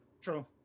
true